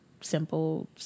simple